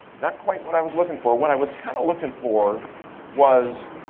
not quite what i was looking for. what i was kind of looking for was